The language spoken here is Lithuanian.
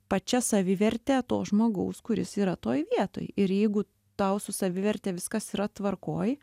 pačia saviverte to žmogaus kuris yra toj vietoj ir jeigu tau su saviverte viskas yra tvarkoj